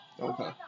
Okay